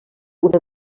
una